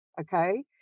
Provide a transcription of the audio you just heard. Okay